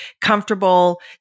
comfortable